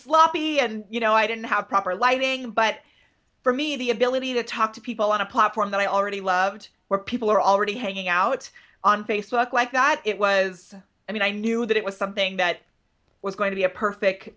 sloppy and you know i didn't have proper lighting but for me the ability to talk to people on a platform that i already loved where people are already hanging out on facebook like that it was i mean i knew that it was something that was going to be a perfect